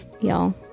Y'all